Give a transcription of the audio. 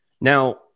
Now